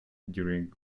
during